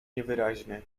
niewyraźny